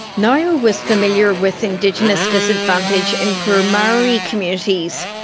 ngaio was familiar with indigenous disadvantage in poor maori communities.